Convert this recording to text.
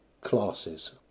classes